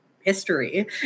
history